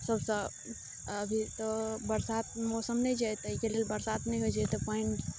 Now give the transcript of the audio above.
सभसँ अभी तऽ बरसात मौसम नहि छै तऽ एहिके लेल बरसात नहि होइत छै तऽ पानि